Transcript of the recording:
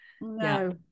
No